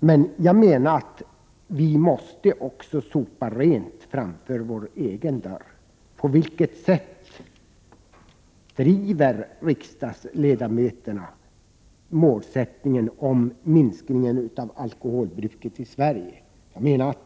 nr 3. Vi i Sverige måste också sopa rent framför vår egen dörr. På vilket sätt försöker riksdagsledamöterna uppnå målet att alkoholbruket i Sverige skall minska?